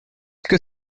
que